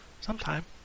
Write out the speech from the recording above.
sometime